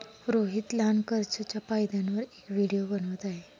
रोहित लहान कर्जच्या फायद्यांवर एक व्हिडिओ बनवत आहे